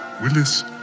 Willis